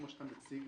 כמו שאתה מציג,